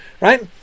right